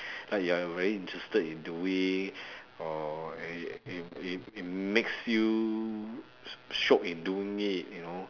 like you are very interested in doing or and it it it makes you shiok in doing it you know